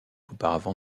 auparavant